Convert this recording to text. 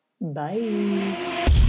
Bye